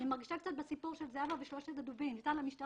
אני מרגישה קצת כמו בסיפור של זהבה ושלושת הדובים: ניתן למשטרה,